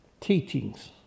teachings